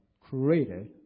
created